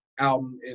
Album